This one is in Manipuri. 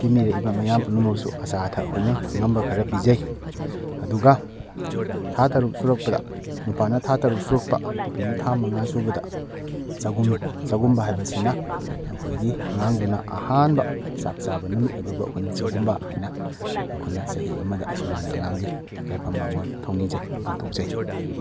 ꯇꯤꯟꯕꯤꯔꯛꯏꯕ ꯃꯌꯥꯝ ꯄꯨꯝꯃꯛꯁꯨ ꯑꯆꯥ ꯑꯊꯛ ꯑꯩꯈꯣꯏꯅ ꯑꯉꯝꯕ ꯈꯔ ꯄꯤꯖꯩ ꯑꯗꯨꯒ ꯊꯥ ꯇꯔꯨꯛ ꯁꯨꯔꯛꯄꯗ ꯅꯨꯄꯥꯅ ꯊꯥ ꯇꯔꯨꯛ ꯁꯨꯔꯛꯄ ꯅꯨꯄꯤꯅ ꯊꯥ ꯃꯉꯥ ꯁꯨꯕꯗ ꯆꯥꯛꯎꯝꯃꯤ ꯆꯥꯛꯎꯝꯕ ꯍꯥꯏꯕꯁꯤꯅ ꯑꯩꯈꯣꯏꯒꯤ ꯑꯉꯥꯡꯗꯨꯅ ꯑꯍꯥꯟꯕ ꯆꯥꯛ ꯆꯥꯕ ꯅꯨꯃꯤꯠ ꯑꯗꯨꯕꯨ ꯑꯩꯈꯣꯏꯅ ꯆꯥꯛꯎꯝꯕ ꯍꯥꯏꯅ ꯑꯩꯈꯣꯏꯅ ꯆꯍꯤ ꯑꯃꯗ ꯑꯁꯨꯃꯥꯏꯅ ꯑꯉꯥꯡꯒꯤ ꯌꯥꯏꯐ ꯃꯪꯒꯣꯜ ꯊꯧꯅꯤꯖꯩ ꯄꯥꯡꯊꯣꯛꯆꯩ